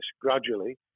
gradually